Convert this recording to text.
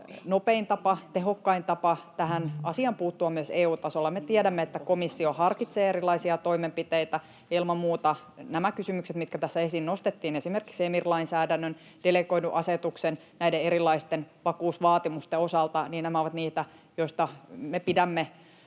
nopein tapa, tehokkain tapa puuttua tähän asiaan myös EU-tasolla. Me tiedämme, että komissio harkitsee erilaisia toimenpiteitä. Ilman muuta nämä kysymykset, mitkä tässä esiin nostettiin — esimerkiksi EMIR-lainsäädännön, delegoidun asetuksen, näiden erilaisten vakuusvaatimusten osalta — ovat niitä, joista me pidämme